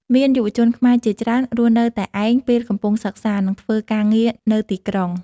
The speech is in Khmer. មានយុវជនខ្មែរជាច្រើនរស់នៅតែឯងពេលកំពុងសិក្សា ឬធ្វើការងារនៅទីក្រុង។